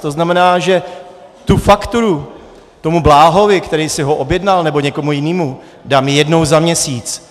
To znamená, že tu fakturu tomu Bláhovi, který si ho objednal, nebo někomu jinému, dám jednou za měsíc.